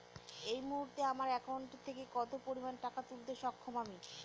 এই মুহূর্তে আমার একাউন্ট থেকে কত পরিমান টাকা তুলতে সক্ষম আমি?